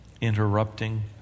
interrupting